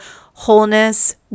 wholeness